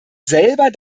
selber